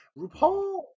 RuPaul